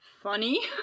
funny